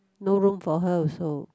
no room for her also